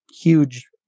huge